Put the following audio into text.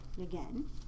again